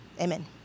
Amen